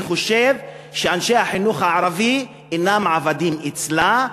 אני חושב שאנשי החינוך הערבים אינם עבדים שלה,